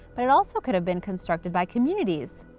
but it also could have been constructed by communities.